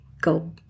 go